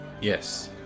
Yes